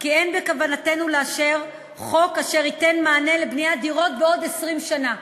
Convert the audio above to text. כי אין בכוונתנו לאשר חוק אשר ייתן מענה לבניית דירות בעוד 20 שנה,